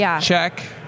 check